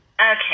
Okay